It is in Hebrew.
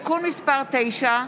(תיקון מס' 9)